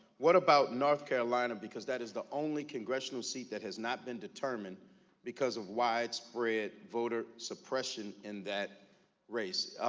what about north carolina because that is the only congressional seat that has not been determined because of widespread voter suppression in that race.